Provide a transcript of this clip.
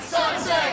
Sunset